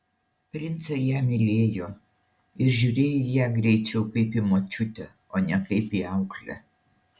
princai ją mylėjo ir žiūrėjo į ją greičiau kaip į močiutę o ne kaip į auklę